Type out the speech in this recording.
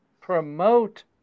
promote